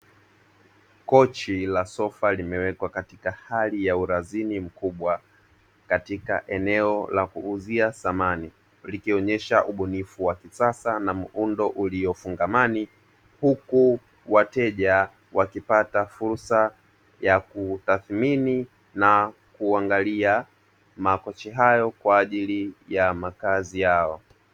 Kochi la sofa limewekwa katika hali urazini mkubwa katika eneo la kuuzia samani, likionyesha ubunifu wa kisasa na muundo ulio fungamani; huku wateja wakipata fursa ya kutathimini na kuangalia makochi hayo kwa ajili ya makazi yao.